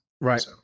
Right